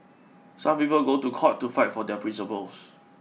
some people go to court to fight for their principles